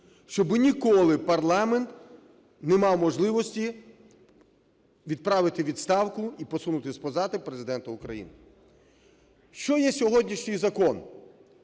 щоб ніколи парламент не мав можливості відправити у відставку і посунути з посади Президента України. Що є сьогоднішній закон?